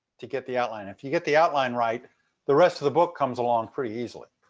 to get the outline. if you get the outline right the rest of the book comes along pretty easily.